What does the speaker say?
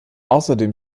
außerdem